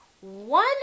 one